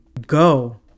go